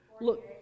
look